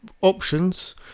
options